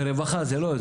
ברווחה זה לא,